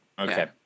okay